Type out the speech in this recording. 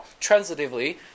transitively